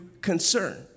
concern